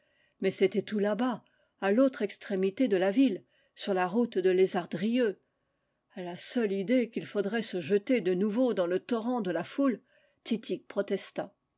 mais c'était tout là-bas à l'autre extrémité de la ville sur la route de lézardrieux à la seule idée qu'il faudrait se jeter de nouveau dans le torrent de la foule titik protesta